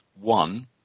One